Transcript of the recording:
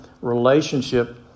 relationship